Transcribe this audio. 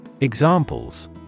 Examples